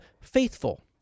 faithful